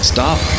Stop